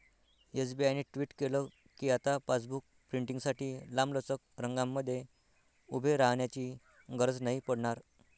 SBI ने tweet केल कीआता पासबुक प्रिंटींगसाठी लांबलचक रंगांमध्ये उभे राहण्याची गरज नाही पडणार